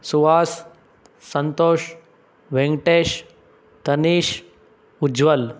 Suhas Santosh Venkatesh Tanish Ujwal